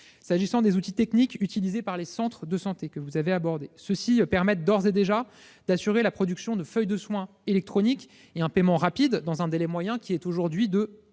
S'agissant des outils techniques utilisés par les centres de santé, ceux-ci permettent d'ores et déjà d'assurer la production de feuilles de soins électroniques et un paiement rapide, dans un délai moyen qui est aujourd'hui de